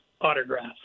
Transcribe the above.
autographs